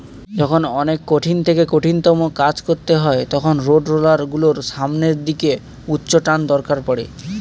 যখন অনেক কঠিন থেকে কঠিনতম কাজ করতে হয় তখন রোডরোলার গুলোর সামনের দিকে উচ্চটানের দরকার পড়ে